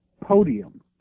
podium